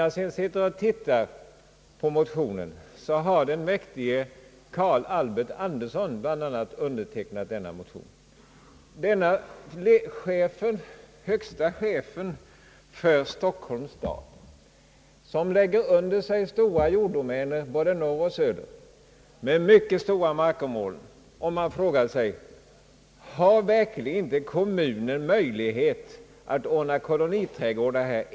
Bland undetecknarna av denna motion befinner sig den mäktige herr Carl Albert Anderson, den högste chefen för Stockholms stad som lägger under sig mycket stora jorddomäner både i norr och i söder. Man frågar sig om kommunerna verkligen inte har möjlighet att ordna koloniträdgårdar.